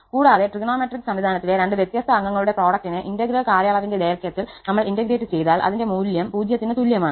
കൂടാതെ ത്രികോണമിതി സംവിധാനത്തിലെ രണ്ട് വ്യത്യസ്ത അംഗങ്ങളുടെ പ്രൊഡക്ടിനെ ഇന്റഗ്രൽ കാലയളവിന്റെ ദൈർഘ്യത്തിൽ നമ്മൾ ഇന്റഗ്രേറ്റ് ചെയ്താൽ അതിന്റെ മൂല്യം 0 ന് തുല്യമാണ്